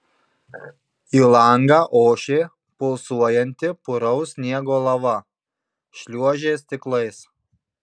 į langą ošė pulsuojanti puraus sniego lava šliuožė stiklais